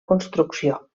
construcció